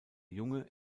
junge